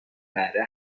بهره